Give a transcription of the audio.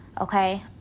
okay